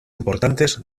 importantes